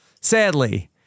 sadly